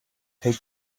take